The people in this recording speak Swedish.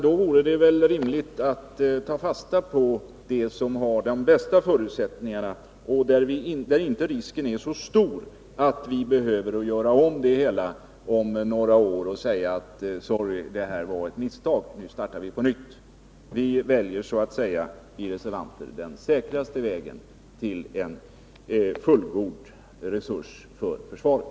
Då vore det väl rimligt att ta vara på det alternativ som har de bästa förutsättningarna och där risken inte är så stor att behöva göra om det hela om några år och säga att det var ett misstag, nu får vi börja om på nytt. Vi reservanter väljer den säkraste vägen till en fullgod resurs för försvaret.